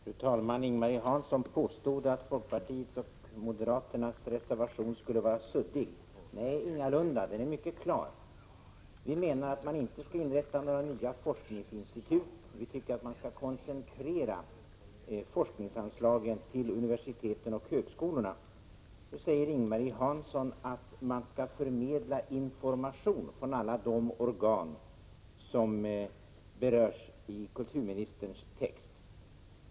Fru talman! Ing-Marie Hansson påstod att folkpartiets och moderaternas reservation skulle vara suddig. Nej, ingalunda — den är mycket klar. Vi menar att det inte skall inrättas några nya forskningsinstitut, utan forskningsanslagen skall koncentreras till universiteten och högskolorna. Nu säger Ing-Marie Hansson att information skall förmedlas från alla de organ som berörs i kulturministerns text.